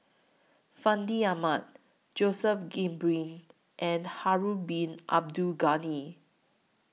Fandi Ahmad Joseph Grimberg and Harun Bin Abdul Ghani